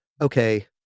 okay